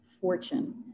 fortune